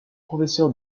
professeur